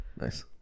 Nice